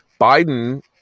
Biden